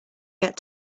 get